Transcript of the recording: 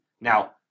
Now